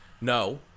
No